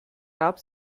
gab